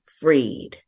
freed